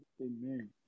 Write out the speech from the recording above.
Amen